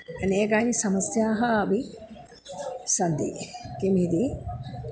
अनेकानि समस्याः अपि सन्ति किम् इति